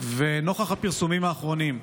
נוכח הפרסומים האחרונים,